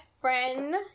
friend